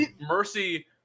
Mercy